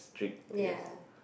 ya